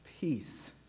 peace